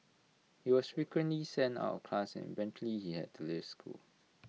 he was frequently sent out of class and eventually he had to leave school